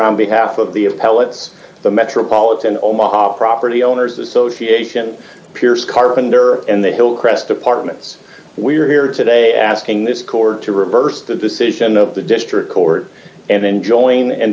on behalf of the of pellets the metropolitan omaha property owners association pierce carpenter and the hillcrest apartments we are here today asking this court to reverse the decision of the district court and enjoying and